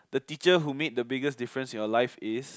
the teacher who made the biggest difference in your life is